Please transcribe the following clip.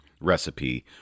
recipe